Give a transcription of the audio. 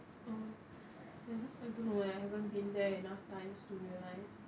oh then I don't know eh I haven't been there enough times to realise